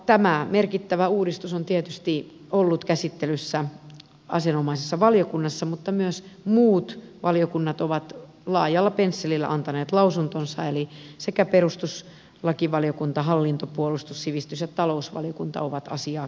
tämä merkittävä uudistus on tietysti ollut käsittelyssä asianomaisessa valiokunnassa mutta myös muut valiokunnat ovat laajalla pensselillä antaneet lausuntonsa eli sekä perustuslakivaliokunta hallinto puolustus sivistys että talousvaliokunta ovat asiaa käsitelleet